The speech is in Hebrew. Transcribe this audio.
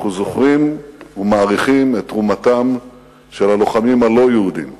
אנחנו זוכרים ומעריכים את תרומתם של הלוחמים הלא-יהודים.